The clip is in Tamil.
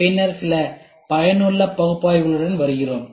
பின்னர் சில பயனுள்ள பகுப்பாய்வுகளுடன் வருகிறோம்